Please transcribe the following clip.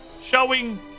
showing